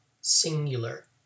singular